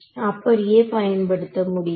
அப்படியே பயன்படுத்த முடியும்